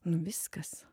nu viskas